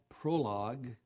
prologue